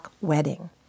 Wedding